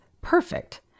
perfect